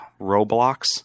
Roblox